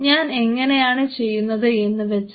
ഞാൻ എങ്ങനെയാണ് ചെയ്യുന്നത് എന്ന് വെച്ചാൽ